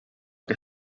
que